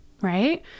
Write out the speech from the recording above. right